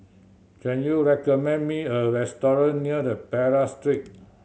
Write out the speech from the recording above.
can you recommend me a restaurant near the Perak Street